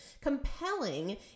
Compelling